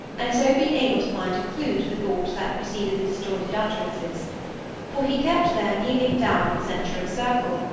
and so been able to find a clue to the thoughts that preceded the disjointed utterances for he kept there kneeling down in the centre of a circle,